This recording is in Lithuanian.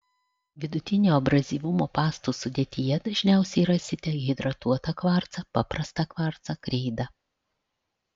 vidutinio abrazyvumo pastų sudėtyje dažniausiai rasite hidratuotą kvarcą paprastą kvarcą kreidą